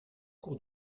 cours